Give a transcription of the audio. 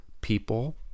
people